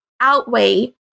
outweigh